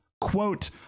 quote